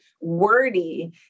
wordy